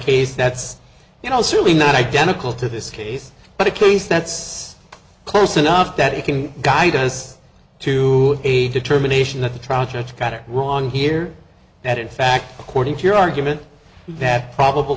case that's you know certainly not identical to this case but a case that's close enough that you can guide us to a determination that the trial judge got it wrong here that in fact according to your argument that probable